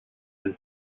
and